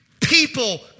people